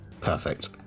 Perfect